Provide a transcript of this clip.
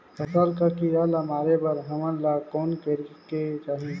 फसल कर कीरा ला मारे बर हमन ला कौन करेके चाही?